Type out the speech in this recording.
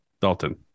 dalton